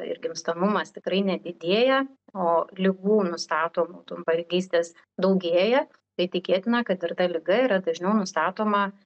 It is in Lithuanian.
ir gimstamumas tikrai nedidėja o ligų nustatomų trumparegystės daugėja tai tikėtina kad ir ta liga yra dažniau nustatoma